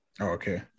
Okay